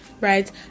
right